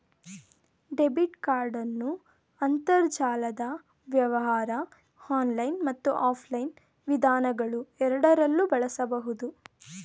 debit ಕಾರ್ಡನ್ನು ಅಂತರ್ಜಾಲದ ವ್ಯವಹಾರ ಆನ್ಲೈನ್ ಮತ್ತು ಆಫ್ಲೈನ್ ವಿಧಾನಗಳುಎರಡರಲ್ಲೂ ಬಳಸಬಹುದು